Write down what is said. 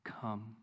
come